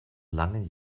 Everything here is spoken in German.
langen